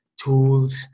tools